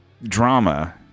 Drama